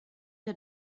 der